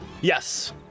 Yes